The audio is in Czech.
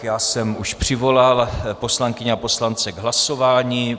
Já jsem už přivolal poslankyně a poslance k hlasování.